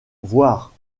voire